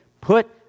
put